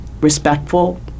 respectful